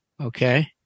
okay